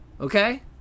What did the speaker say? Okay